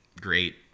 great